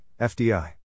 FDI